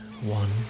one